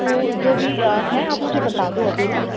तो जो भी है आप मुझे बता दो अभी ना